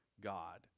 God